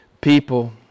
people